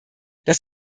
das